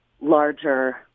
larger